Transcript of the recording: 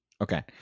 Okay